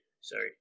sorry